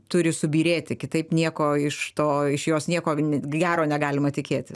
turi subyrėti kitaip nieko iš to iš jos nieko gero negalima tikėti